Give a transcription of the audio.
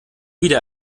wieder